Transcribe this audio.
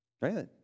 right